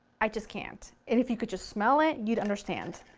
i just can't. if you could just smell it you'd understand.